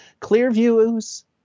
Clearview's